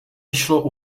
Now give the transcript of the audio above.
vyšlo